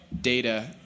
data